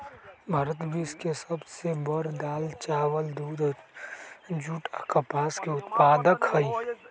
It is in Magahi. भारत विश्व के सब से बड़ दाल, चावल, दूध, जुट आ कपास के उत्पादक हई